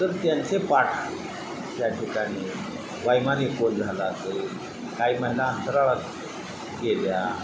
तर त्यांचे पाठ त्या ठिकाणी वैमानिक कोण झाला असेल काही महिला अंतराळात गेल्या